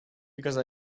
because